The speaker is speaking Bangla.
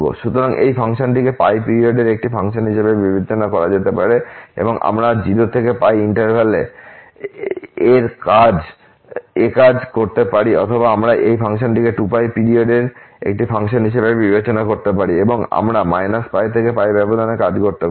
সুতরাং এই ফাংশনটিকে পিরিয়ডের একটি ফাংশন হিসেবে বিবেচনা করা যেতে পারে এবং আমরা 0 ব্যবধান এ কাজ করতে পারি অথবা আমরা এই ফাংশনটিকে 2π পিরিয়ডএর একটি ফাংশন হিসেবে বিবেচনা করতে পারি এবং আমরা π π ব্যবধানে কাজ করতে পারি